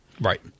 Right